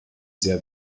sehr